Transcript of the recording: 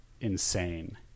insane